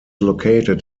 located